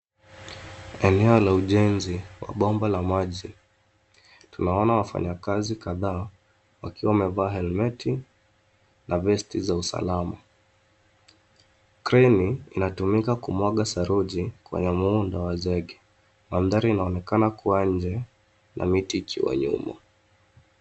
Eneo la ujenzi wa bomba la maji. Tunaona wafanyakazi kadhaa, wakiwa wamevaa helmeti na vest za usalama. Kreni inatumika kumwaga saruji kwenye muundo wa zege. Mandhari inaonekana kuwa nje na miti ikiwa nyuma.